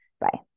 bye